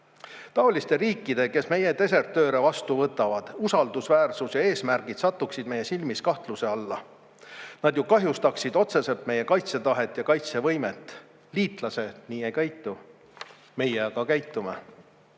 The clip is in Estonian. Taoliste riikide, kes meie desertööre vastu võtavad, usaldusväärsus ja eesmärgid sattuksid meie silmis kahtluse alla. Nad ju kahjustaksid otseselt meie kaitsetahet ja kaitsevõimet. Liitlased nii ei käitu. Meie aga käitume.